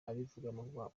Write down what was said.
abivuga